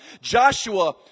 Joshua